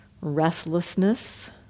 restlessness